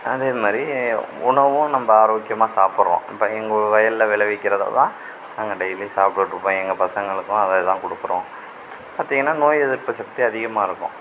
அதே மாதிரி உணவும் நம்ம ஆரோக்கியமாக சாப்பிட்றோம் இப்போ எங்கள் வயலில் விளைவிக்கிறதலாம் நாங்கள் டெய்லியும் சாப்பிட்டுட்டு இருக்கோம் இப்போ எங்கள் பசங்களுக்கெலாம் அதேதான் கொடுக்கறோம் பார்த்திங்கனா எதிர்ப்பு சக்தி அதிகமாக இருக்கும்